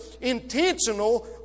intentional